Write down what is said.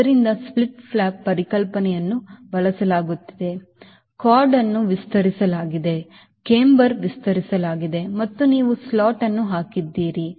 ಆದ್ದರಿಂದ split flap ಪರಿಕಲ್ಪನೆಯನ್ನು ಬಳಸಲಾಗುತ್ತಿದೆ cordಯನ್ನು ವಿಸ್ತರಿಸಲಾಗಿದೆ ಕ್ಯಾಂಬರ್ ವಿಸ್ತರಿಸಲಾಗಿದೆ ಮತ್ತು ನೀವು ಸ್ಲಾಟ್ ಅನ್ನು ಹಾಕಿದ್ದೀರಿ